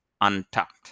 Untucked